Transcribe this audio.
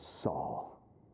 Saul